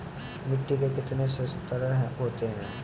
मिट्टी के कितने संस्तर होते हैं?